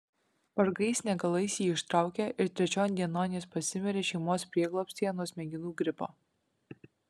vargais negalais jį ištraukė ir trečion dienon jis pasimirė šeimos prieglobstyje nuo smegenų gripo